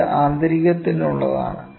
ഇത് ആന്തരികത്തിനുള്ളതാണ്